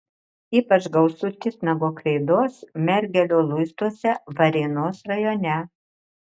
ypač gausu titnago kreidos mergelio luistuose varėnos rajone